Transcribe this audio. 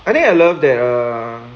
I think I love that err